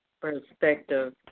perspective